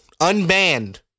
Unbanned